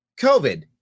COVID